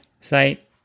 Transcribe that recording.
site